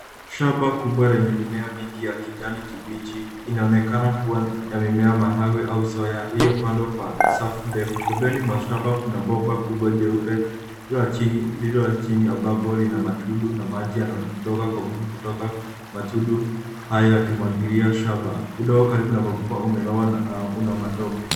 Shamba kubwa lenye mimea mingi ya kijani kibichi inaonekana kuwa ya mimea mahawe au soya iliyopandwa kwa safu ndefu. Pembeni mwa shamba kuna bomba kubwa jeupe, la chini, lililo chini ambapo lina matundu na maji yanayotoka kwa nguvu kutoka matundu haya yakimwagilia shamba. Kutoka karibu na mabomba umeloa na una matope.